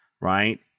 right